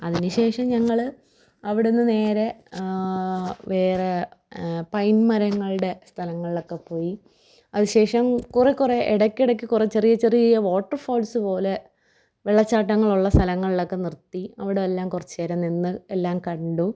അതിനുശേഷം ഞങ്ങള് അവിടുന്ന് നേരെ വേറെ പൈൻ മരങ്ങളുടെ സ്ഥലങ്ങളിലൊക്കെ പോയി അതിനുശേഷം കുറെ കുറെ ഇടയ്ക്കിടയ്ക്ക് കുറെ ചെറിയ ചെറിയ വാട്ടർ ഫോൾസ് പോലെ വെള്ളച്ചാട്ടങ്ങളുള്ള സ്ഥലങ്ങളിലൊക്കെ നിർത്തി അവിടെല്ലാം കുറച്ചുനേരം നിന്ന് എല്ലാം കണ്ടു